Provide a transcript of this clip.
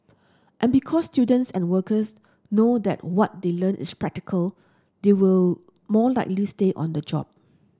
and because students and workers know that what they learn is practical they will more likely stay on the job